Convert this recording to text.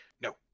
No